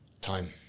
Time